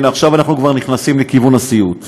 הנה, עכשיו אנחנו כבר נכנסים לכיוון הסיוט.